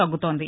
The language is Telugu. తగ్గుతోంది